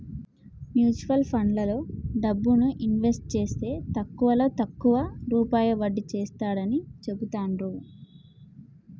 mutual ఫండ్లలో డబ్బుని invest జేస్తే తక్కువలో తక్కువ రూపాయి వడ్డీ వస్తాడని చెబుతాండ్రు